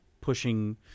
pushing